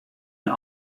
een